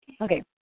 Okay